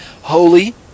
holy